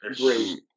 great